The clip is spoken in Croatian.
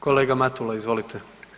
Kolega Matula, izvolite.